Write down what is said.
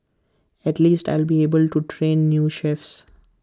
at least I'll be able to train new chefs